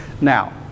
Now